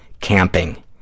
camping